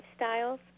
Lifestyles